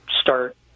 start